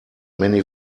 many